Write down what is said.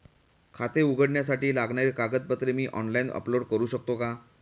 खाते उघडण्यासाठी लागणारी कागदपत्रे मी ऑनलाइन अपलोड करू शकतो का?